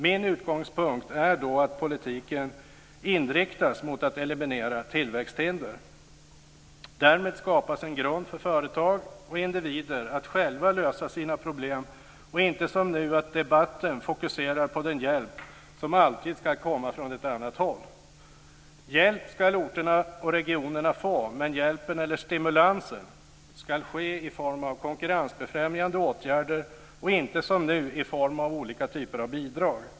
Min utgångspunkt är då att politiken inriktas mot att eliminera tillväxthinder. Därmed skapas en grund för företag och individer att själva lösa sina problem och inte som nu när debatten fokuserar på den hjälp som alltid ska komma från ett annat håll. Hjälp ska orterna och regionerna få, men hjälpen eller stimulansen ska ske i form av konkurrensbefrämjande åtgärder och inte som nu i form av olika typer av bidrag.